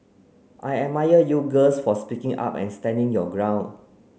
I admire you girls for speaking up and standing your ground